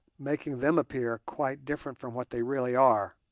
making them appear quite different from what they really are,